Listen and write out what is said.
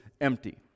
empty